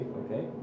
okay